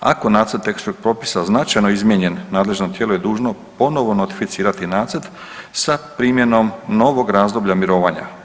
Ako nacrt tehničkog propisa značajno izmijenjen, nadležno tijelo je dužno ponovo notificirati nacrt sa primjenom novog razdoblja mirovanja.